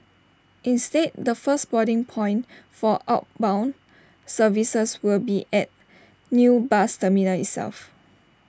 instead the first boarding point for outbound services will be at new bus terminal itself